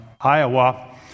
Iowa